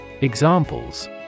Examples